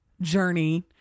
journey